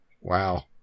wow